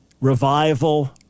revival